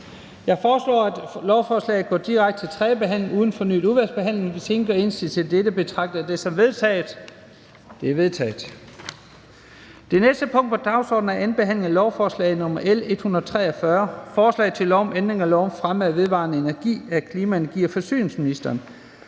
Jeg foreslår, at lovforslaget går direkte til tredje behandling uden fornyet udvalgsbehandling. Hvis ingen gør indsigelse mod dette, betragter jeg det som vedtaget. Det er vedtaget. --- Det næste punkt på dagsordenen er: 35) 2. behandling af lovforslag nr. L 168: Forslag til lov om ændring af lov om anvendelsen af visse af Den Europæiske